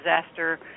disaster